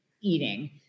eating